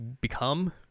become